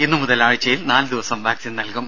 ഇന്ന് മുതൽ ആഴ്ച്ചയിൽ നാല് ദിവസം വാക്സിൻ നൽകും